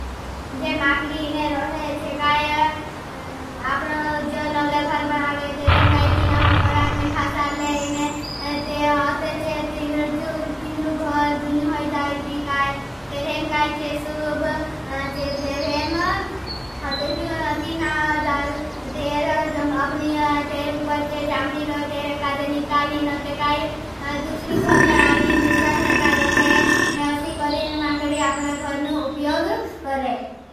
जे माकडी इने रोहे चे। काई अपना जे नवल घर बनावे। तेरेम काई कीड़ा मकड़ाग ने फासाले इने तेरेम काई चे। सूब चे तेरेम तीना जाल तेर उपर चे। चामड़ी रोह तेरे काई जे। निकालेन ते काई दूसरु घर बनावेन दूसरा घर मा रोहे ने। असी करेन माकड़ी अपना घरने उपयोग करें।